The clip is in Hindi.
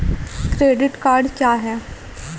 क्रेडिट कार्ड क्या है?